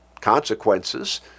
consequences